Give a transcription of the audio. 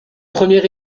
premier